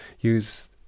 use